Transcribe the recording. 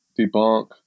debunk